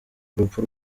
urupfu